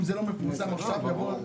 אם זה לא מפורסם עכשיו אז יבואו רק